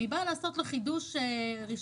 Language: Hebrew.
אני באה לעשות לו חידוש רישיון,